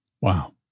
Wow